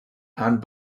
and